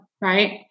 right